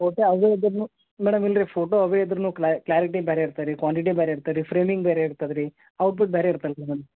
photo ಅವೇ ಇದ್ದರೂನು madam ಇಲ್ಲ ರಿ ಫೋಟೋ ಅವೇ ಇದ್ದರೂನು ಕ್ಲಾರಿಟಿ ಬೇರೆ ಇರ್ತೆ ರೀ ಕ್ವಾಂಟಿಟಿ ಬೇರೆ ಇರ್ತೆರಿ ಫ್ರೇಮಿಂಗ್ ಬೇರೆ ಇರ್ತದೆ ರೀ ಔಟ್ಪುಟ್ ಬೇರೆ ಇರ್ತಲ್ಲ ರಿ ಮ್ಯಾಮ್